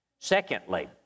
Secondly